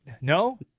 No